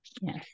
Yes